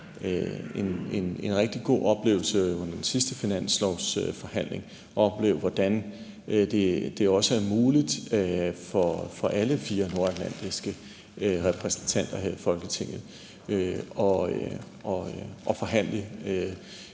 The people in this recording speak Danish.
en rigtig god oplevelse under den sidste finanslovsforhandling at se, hvordan det også er muligt for alle fire nordatlantiske repræsentanter her i Folketinget at forhandle